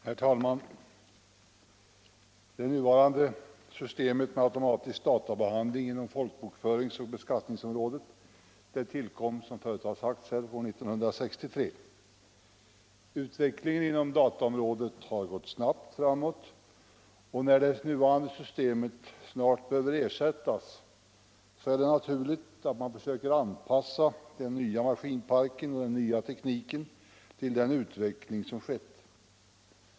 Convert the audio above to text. Herr talman! Det nuvarande systemet för automatisk databehandling inom folkbokföringsoch beskattningsområdet tillkom, såsom förut har sagts här, år 1963. Utvecklingen inom dataområdet har gått snabbt framåt, och när det nuvarande systemet snart behöver ersättas är det naturligt att man försöker anpassa den nya maskinparken och den nya tekniken till den utveckling som skett.